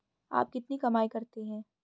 आप कितनी कमाई करते हैं?